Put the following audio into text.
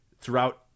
throughout